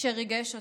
שריגש אותי.